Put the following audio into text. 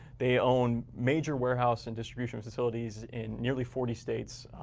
they own major warehouse and distribution facilities in nearly forty states.